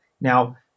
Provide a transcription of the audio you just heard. Now